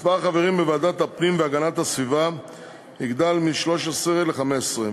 מספר החברים בוועדת הפנים והגנת הסביבה יגדל מ-13 ל-15,